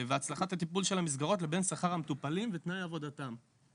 והצלחת הטיפול של המסגרות לבין שכר המטפלים ותנאי עבודתם.